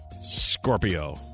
Scorpio